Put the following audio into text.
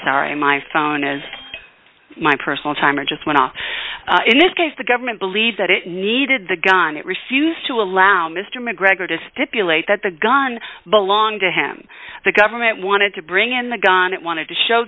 sorry my phone and my personal time it just went off in this case the government believed that it needed the gun it refused to allow mr macgregor to stipulate that the gun belonged to him the government wanted to bring in the gun it wanted to show